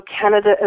Canada